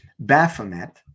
baphomet